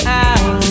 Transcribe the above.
out